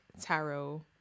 tarot